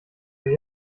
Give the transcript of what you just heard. wir